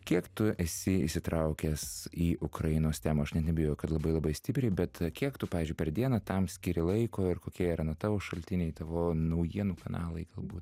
kiek tu esi įsitraukęs į ukrainos temą aš net neabejoju kad labai labai stipriai bet kiek tu pavyzdžiui per dieną tam skiri laiko ir kokie yra na tavo šaltiniai tavo naujienų kanalai galbūt